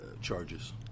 charges